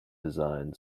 design